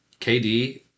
KD